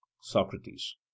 Socrates